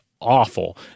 awful